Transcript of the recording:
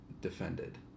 defended